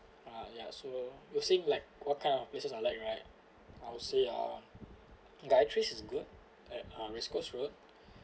ah ya so you're saying like what kind of places I like right I'll say uh gayatri's is good at um race course road